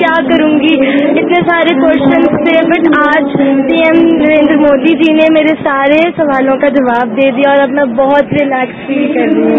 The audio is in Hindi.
क्या करूगी इतने सारे क्योश्चन थे बट आज पीएम नरेंद्र मोदी जी ने मेरे सारे सवालों का जवाब दे दिया और अब मैं बहुत रिलेक्स फील कर रही हूं